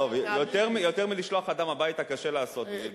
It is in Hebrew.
יותר מלשלוח אדם הביתה קשה לעשות בנדון.